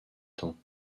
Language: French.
temps